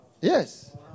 Yes